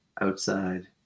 outside